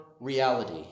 reality